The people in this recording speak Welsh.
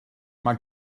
mae